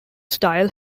style